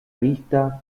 vista